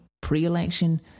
pre-election